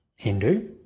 Hindu